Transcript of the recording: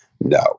No